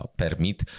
permit